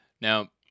Now